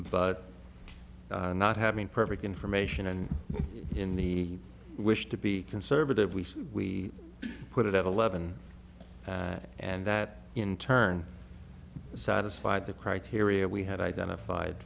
but not having perfect information and in the wish to be conservative we put it at eleven and that in turn satisfied the criteria we had identified